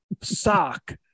Sock